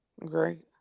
Great